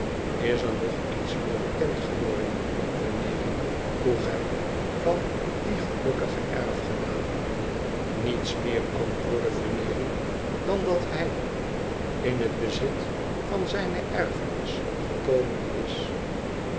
is er nog iets meer bekend geworden veneering vroeg hij van dien gelukkigen erfgenaam niets meer antwoordde veneering dan dat hij in het bezit onze wkderzijdsche vriend zijne erfenis gekomen is